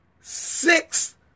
six